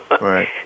Right